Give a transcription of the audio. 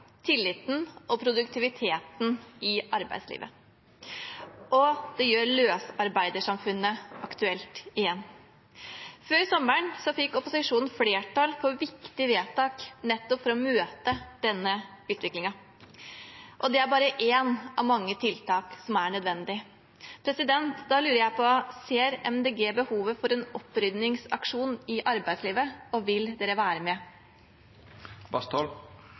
tilliten og produktiviteten i arbeidslivet, og det gjør løsarbeidersamfunnet aktuelt igjen. Før sommeren fikk opposisjonen flertall for et viktig vedtak for nettopp å møte denne utviklingen. Det er bare ett av mange tiltak som er nødvendige. Da lurer jeg på: Ser Miljøpartiet De Grønne behovet for en opprydningsaksjon i arbeidslivet, og vil de være